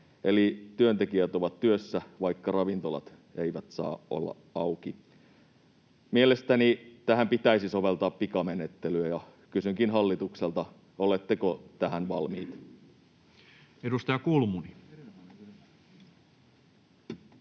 eli työntekijät ovat työssä, vaikka ravintolat eivät saa olla auki. Mielestäni tähän pitäisi soveltaa pikamenettelyä, ja kysynkin hallitukselta: oletteko tähän valmiit? Edustaja Kulmuni.